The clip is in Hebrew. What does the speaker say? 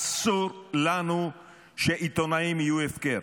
אסור לנו שעיתונאים יהיו הפקר,